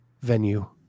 venue